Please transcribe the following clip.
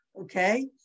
okay